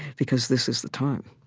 because this is the time.